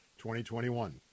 2021